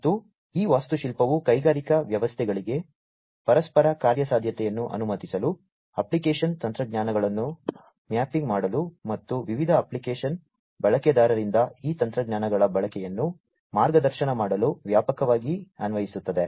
ಮತ್ತು ಈ ವಾಸ್ತುಶಿಲ್ಪವು ಕೈಗಾರಿಕಾ ವ್ಯವಸ್ಥೆಗಳಲ್ಲಿ ಪರಸ್ಪರ ಕಾರ್ಯಸಾಧ್ಯತೆಯನ್ನು ಅನುಮತಿಸಲು ಅಪ್ಲಿಕೇಶನ್ ತಂತ್ರಜ್ಞಾನಗಳನ್ನು ಮ್ಯಾಪಿಂಗ್ ಮಾಡಲು ಮತ್ತು ವಿವಿಧ ಅಪ್ಲಿಕೇಶನ್ ಬಳಕೆದಾರರಿಂದ ಈ ತಂತ್ರಜ್ಞಾನಗಳ ಬಳಕೆಯನ್ನು ಮಾರ್ಗದರ್ಶನ ಮಾಡಲು ವ್ಯಾಪಕವಾಗಿ ಅನ್ವಯಿಸುತ್ತದೆ